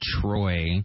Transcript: Troy